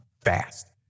fast